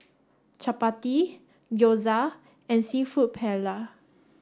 Chapati Gyoza and Seafood Paella